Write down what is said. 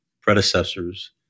predecessors